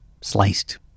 sliced